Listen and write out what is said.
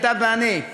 אתה ואני.